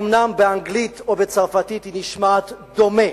אומנם באנגלית או בצרפתית היא נשמעת דומה,